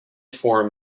form